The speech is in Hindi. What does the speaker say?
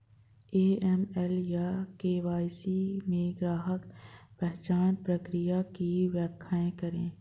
ए.एम.एल या के.वाई.सी में ग्राहक पहचान प्रक्रिया की व्याख्या करें?